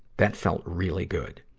that felt really good.